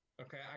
Okay